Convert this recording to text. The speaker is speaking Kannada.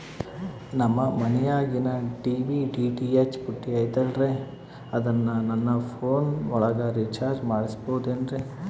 ನಮ್ಮ ಮನಿಯಾಗಿನ ಟಿ.ವಿ ಡಿ.ಟಿ.ಹೆಚ್ ಪುಟ್ಟಿ ಐತಲ್ರೇ ಅದನ್ನ ನನ್ನ ಪೋನ್ ಒಳಗ ರೇಚಾರ್ಜ ಮಾಡಸಿಬಹುದೇನ್ರಿ?